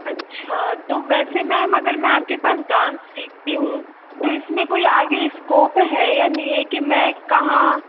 अच्छा तो वैसे मेम अगर में आपके पास डांस सीखती हूँ तो इसमें कोई आगे स्कोप है या नहीं है कि मैं कहा